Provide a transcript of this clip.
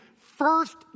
first